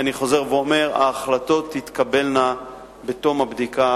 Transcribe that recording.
אני חוזר ואומר: ההחלטות תתקבלנה בתום הבדיקה,